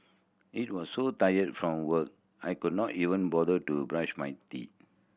it was so tired from work I could not even bother to brush my teeth